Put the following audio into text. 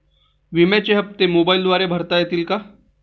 विम्याचे हप्ते मोबाइलद्वारे भरता येतील का?